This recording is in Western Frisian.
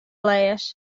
glês